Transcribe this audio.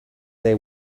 they